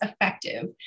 effective